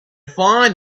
find